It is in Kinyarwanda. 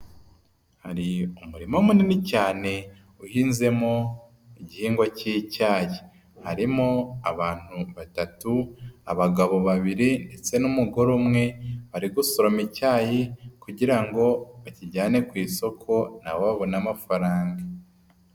Hari umuma munini cyane, uhinzemo igihingwa cy'icyayi, harimo abantu batatu, abagabo babiri ndetse n'umugore umwe, bari gusoroma icyayi kugirango ngo bakijyane ku isoko nabo babone amafaranga.